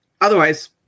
Otherwise